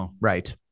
Right